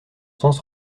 sens